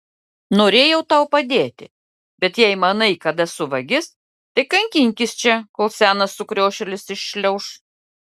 norėjau tau padėti bet jei manai kad esu vagis tai kankinkis čia kol senas sukriošėlis iššliauš